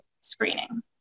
screening